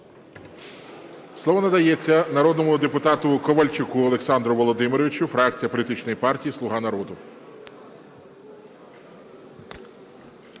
Слово надається народному депутату Ковальчуку Олександру Володимировичу, фракція політичної партії "Слуга народу".